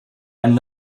and